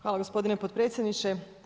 Hvala gospodine potpredsjedniče.